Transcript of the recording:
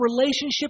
relationship